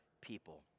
people